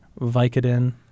Vicodin